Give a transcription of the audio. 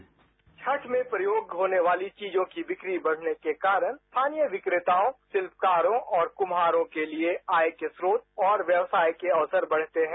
sound bite Chhath में प्रयोग होने वाली चीजों की बिक्री बढने के कारण स्थानीय विक्रेताओं शिल्पकारों और कुम्हारों के लिए आय के स्रोत और व्यवसाय के अवसर बढते हैं